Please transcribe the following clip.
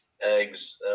eggs